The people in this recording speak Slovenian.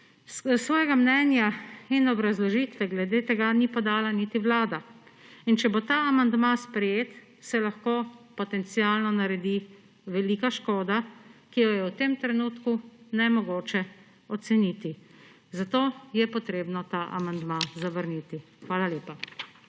Svojega mnenja in obrazložitve glede tega ni podala niti Vlada in če bo ta amandma sprejet, se lahko potencialno naredit velika škoda, ki jo je v tem trenutku nemogoče oceniti, zato je potrebno ta amandma zavrniti. Hvala lepa.